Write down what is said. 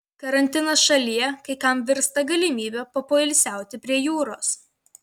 karantinas šalyje kai kam virsta galimybe papoilsiauti prie jūros